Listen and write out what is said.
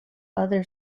other